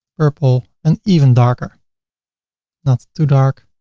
purple and even darker not too dark.